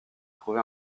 trouvé